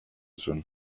zuen